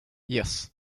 yes